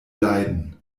leiden